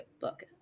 book